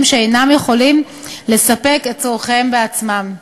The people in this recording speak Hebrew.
שאינם יכולים לספק את צורכיהם בעצמם.